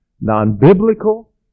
non-biblical